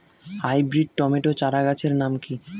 Hybrid tomato চারাগাছের নাম কি?